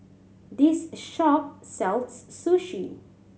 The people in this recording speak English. this shop sells Sushi